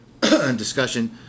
discussion